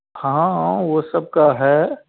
हाँ हाँ वो सबका है